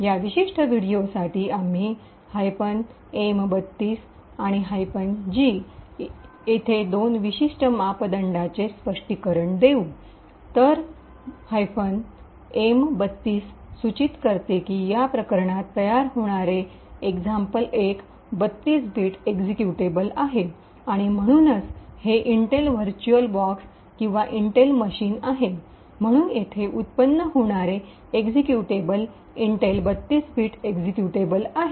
या विशिष्ट व्हिडिओसाठी आम्ही -एम३२ आणि -जी येथे दोन विशिष्ट मापदंडांचे स्पष्टीकरण देऊ तर -एम३२ सूचित करते की या प्रकरणात तयार होणारे example1 32 बिट एक्झिक्युटेबल आहे आणि म्हणूनच हे इंटेल व्हर्च्युअल बॉक्स किंवा इंटेल मशीन आहे म्हणून येथे उत्पन्न होणारे एक्झिक्युटेबल इंटेल 32 बिट एक्झिक्युटेबल आहे